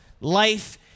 life